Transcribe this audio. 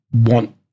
want